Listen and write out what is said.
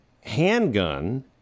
handgun